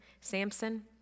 Samson